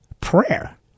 prayer